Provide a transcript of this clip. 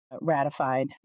ratified